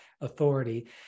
authority